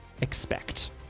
expect